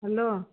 hello